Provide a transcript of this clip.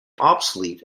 obsolete